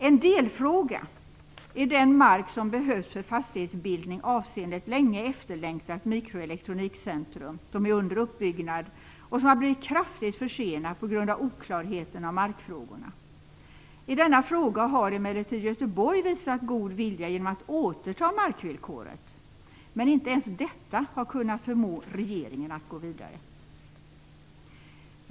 En delfråga är den mark som behövs för fastighetsbildning avseende ett länge efterlängtat mikroelektronikcentrum som är under uppbyggnad och som har blivit kraftigt försenat på grund av oklarheten om markfrågorna. I denna fråga har emellertid Göteborg visat god vilja genom att återta markvillkoret. Men inte ens detta har kunnat förmå regeringen att gå vidare.